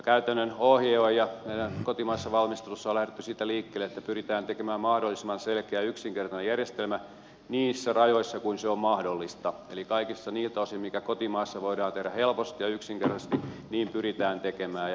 käytännön ohje on ja meidän kotimaisessa valmistelussa on lähdetty siitä liikkeelle että pyritään tekemään mahdollisimman selkeä ja yksinkertainen järjestelmä niissä rajoissa kuin se on mahdollista eli kaikilta niiltä osin mikä kotimaassa voidaan tehdä helposti ja yksinkertaisesti niin pyritään tekemään